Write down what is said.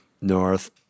north